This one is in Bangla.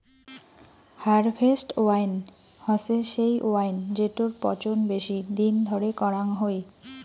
হারভেস্ট ওয়াইন হসে সেই ওয়াইন জেটোর পচন বেশি দিন ধরে করাং হই